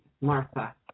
Martha